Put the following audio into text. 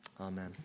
Amen